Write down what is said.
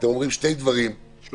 הוא